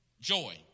joy